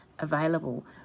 available